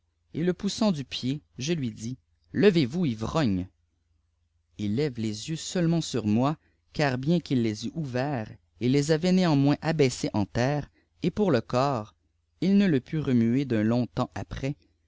et le poussant du pied je ûi dis levez-vous ivrogne h lève les yeux seulenrènl sur moi car bien qu'il les eût ouverts il les avait néftnmdfeft abaissés en terre et pour e corp il ne te p retauer d'un îông lmps après